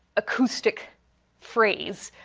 acoustic phrase,